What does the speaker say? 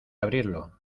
abrirlo